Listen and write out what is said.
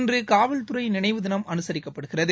இன்றுகாவல்துறைநினைவுதினம் அனுசரிக்கப்படுகிறது